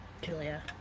Julia